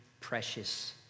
precious